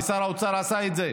ושר האוצר עשה את זה,